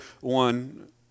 one